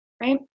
right